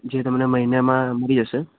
જે તમને મહિનામાં મળી જશે